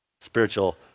spiritual